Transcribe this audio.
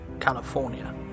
California